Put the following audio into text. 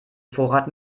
vorrat